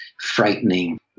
frightening